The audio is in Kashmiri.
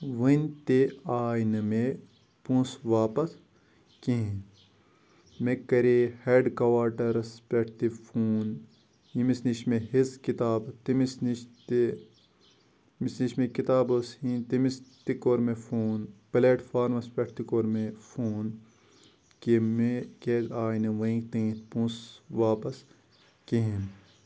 ؤنۍ تہِ آے نہٕ مےٚ پونسہٕ واپَس کِہیٖنۍ مےٚ کَرے ہیڈکواٹرَس پٮ۪ٹھ تہِ فون ییٚمِس نِش مےٚ ہیٚژ کِتاب تٔمِس نِش تہِ ییٚمِس نِش مےٚ یہِ کِتاب ٲس ہیٚنۍ تٔمِس تہِ کوٚر مےٚ فون پَلیٹ فارمَس پٮ۪ٹھ تہِ کوٚر مےٚ فون کہِ مےٚ کیازِ آیہِ نہٕ ؤنۍ تہِ پونسہٕ واپَس کِہیٖنۍ